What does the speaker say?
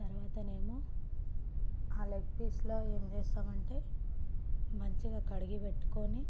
తర్వాత ఏమో ఆ లెగ్ పీసులు ఏం చేస్తామంటే మంచిగా కడిగి పెట్టుకొని